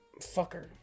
fucker